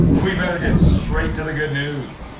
we better get straight to the good news.